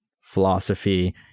philosophy